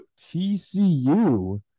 TCU